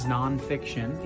Nonfiction